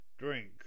drink